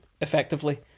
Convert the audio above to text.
effectively